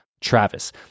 Travis